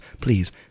Please